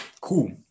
Cool